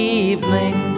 evening